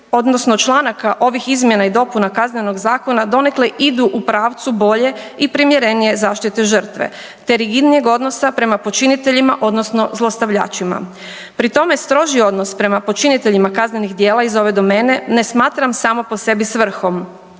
odnosno članaka ovih izmjena i dopuna KZ-a donekle idu u pravcu bolje i primjerenije zaštite žrtve te rigidnijeg odnosa prema počiniteljima odnosno zlostavljačima. Pri tome stroži odnos prema počiniteljima kaznenih djela iz ove domene ne smatram samo po sebi svrhom